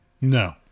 No